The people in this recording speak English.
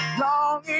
Long